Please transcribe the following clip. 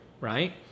right